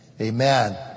amen